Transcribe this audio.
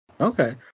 okay